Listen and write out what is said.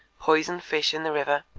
poison fish in the river,